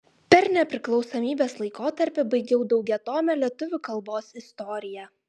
per nepriklausomybės laikotarpį baigiau daugiatomę lietuvių kalbos istoriją